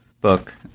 book